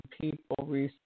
people